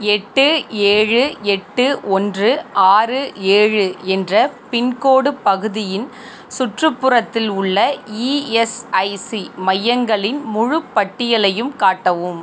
எட்டு ஏழு எட்டு ஒன்று ஆறு ஏழு என்ற பின்கோடு பகுதியின் சுற்றுப்புறத்தில் உள்ள இஎஸ்ஐசி மையங்களின் முழுப் பட்டியலையும் காட்டவும்